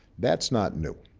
that's not new.